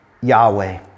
Yahweh